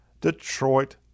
Detroit